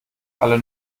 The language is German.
alle